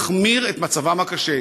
ומחמיר את מצבם הקשה.